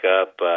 up